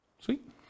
Sweet